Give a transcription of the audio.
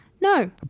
No